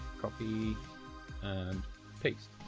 copy and paste